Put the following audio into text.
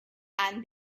and